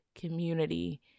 community